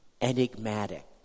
enigmatic